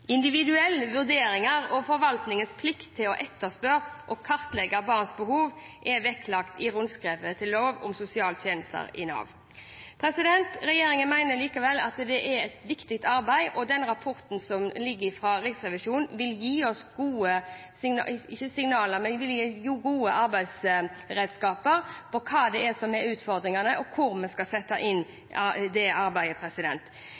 individuelle vurderinger og forvaltningens plikt til å etterspørre og kartlegge barns behov er vektlagt i rundskrivet til lov om sosiale tjenester i Nav. Regjeringen mener likevel at det er et viktig arbeid, og den rapporten som foreligger fra Riksrevisjonen, vil gi gode arbeidsredskaper for hva det er som er utfordringene, og hvor vi skal sette